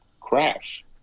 crash